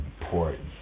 important